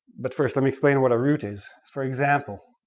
but first let me explain what a root is. for example,